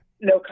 No